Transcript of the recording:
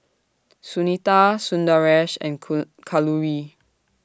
Sunita Sundaresh and Cool Kalluri